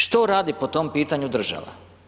Što radi po tom pitanju država?